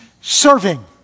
serving